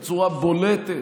בצורה בולטת,